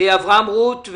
אברהם רות,